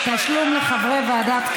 אני חייב לעמוד בהתחייבות?